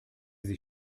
sich